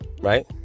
right